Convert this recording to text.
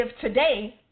today